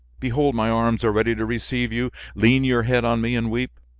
behold my arms are ready to receive you lean your head on me and weep.